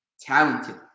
talented